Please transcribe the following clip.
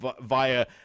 via